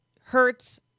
hurts